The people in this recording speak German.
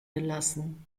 gelassen